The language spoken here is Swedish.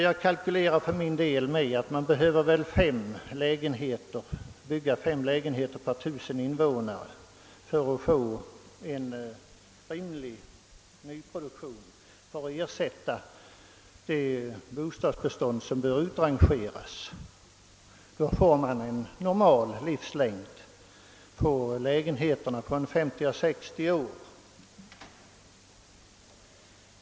Jag kalkylerar för min del med att man behöver bygga fem lägenheter per 1000 invånare för att få en rimlig ny produktion som ersättning för det bostadsbestånd som bör utrangeras. Lägenheterna får då en normal livslängd av 50 å 60 år.